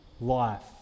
life